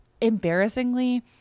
embarrassingly